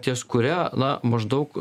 ties kuria na maždaug